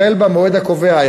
החל במועד הקובע,